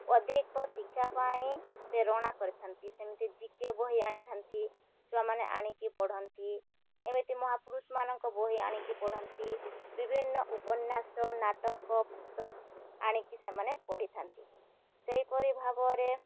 ଅଧିକ ଶିକ୍ଷା ପାଇଁ ପ୍ରେରଣା କରିଥାନ୍ତି ସେମିତି ଜି କେ ବହି ଆଣିଥାନ୍ତି ଛୁଆମାନେ ଆଣିକି ପଢ଼ନ୍ତି ଏମିତି ମହାପୁରୁଷମାନଙ୍କ ବହି ଆଣିକି ପଢ଼ନ୍ତି ବିଭିନ୍ନ ଉପନ୍ୟାସ ନାଟକ ପୁସ୍ତକ ଆଣିକି ସେମାନେ ପଢ଼ିଥାନ୍ତି ସେହିପରି ଭାବରେ